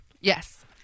Yes